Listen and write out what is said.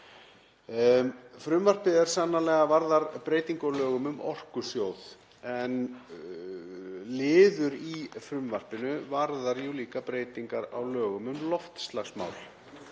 Frumvarpið varðar sannarlega breytingu á lögum um Orkusjóð en liður í frumvarpinu varðar jú líka breytingar á lögum um loftslagsmál,